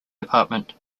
department